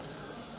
Hvala